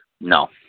No